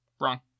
Wrong